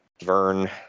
Vern